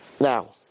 Now